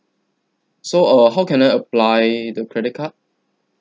so uh how can I apply the credit card